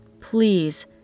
Please